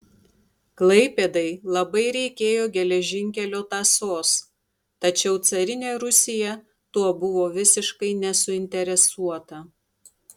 klaipėdai labai reikėjo geležinkelio tąsos tačiau carinė rusija tuo buvo visiškai nesuinteresuota